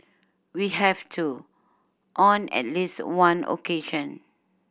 we have too on at least one occasion